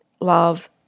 love